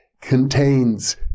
contains